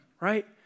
Right